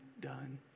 done